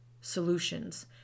solutions